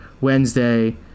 Wednesday